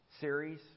series